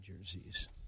jerseys